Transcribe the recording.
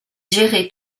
gérait